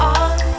on